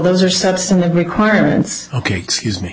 those are substantive requirements ok excuse me